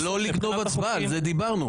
לא לגנוב הצבעה, על זה דיברנו.